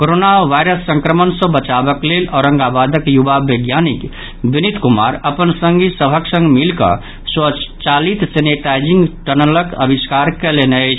corona virus संक्रमण सँ बचाबक लेल औरंगाबादक युवा वैज्ञानिक विनित कुमार अपन संगी सभक संग मिलि कऽ स्वचालित सेनेटाइजिंग टनलक आविष्कार कयलनि अछि